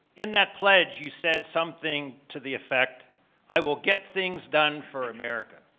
in that pledge, you said something to the effect i will get things done for america.